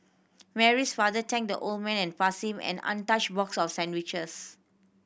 Mary's father thanked the old man and passed him an untouched box of sandwiches